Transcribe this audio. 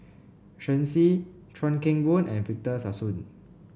Shen Xi Chuan Keng Boon and Victor Sassoon